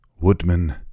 Woodman